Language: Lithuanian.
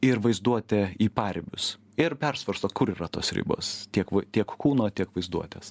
ir vaizduotę į paribius ir persvarsto kur yra tos ribos tiek tiek kūno tiek vaizduotės